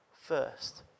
first